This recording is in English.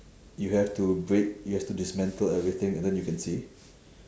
you have to break you have to dismantle everything and then you can see